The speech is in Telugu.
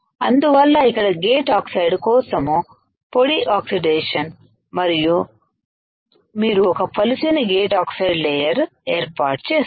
అందువల్ల ఇక్కడ గేటు ఆక్సైడ్ కోసం పొడి ఆక్సిడేషన్ మరియు మీరు ఒక పలుచని గేటు ఆక్సైడ్ లేయర్ ఏర్పాటు చేస్తారు